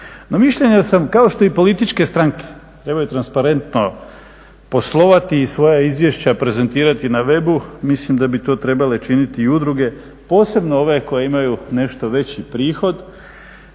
No mišljenja sam kao što i političke stranke trebaju transparentno poslovati i svoja izvješća prezentirati na webu, mislim da bi to trebale činiti i udruge, posebno ove koje imaju nešto veći prihod